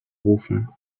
rufen